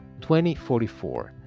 2044